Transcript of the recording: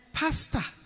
pastor